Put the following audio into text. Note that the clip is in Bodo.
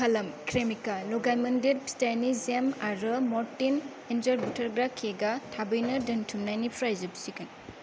थाब खालाम क्रेमिका लगायमोन्देर फिथाइनि जेम आरो म'रटिन एन्जर बुथारग्रा केकआ थाबैनो दोनथुमनायनिफ्राय जोबसिगोन